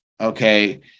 Okay